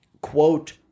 quote